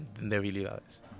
debilidades